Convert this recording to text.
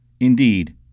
Indeed